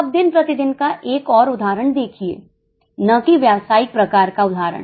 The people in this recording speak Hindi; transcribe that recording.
अब दिन प्रतिदिन का एक और उदाहरण देखिए ना कि व्यवसायिक प्रकार का उदाहरण